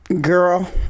Girl